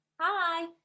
hi